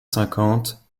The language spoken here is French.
cinquante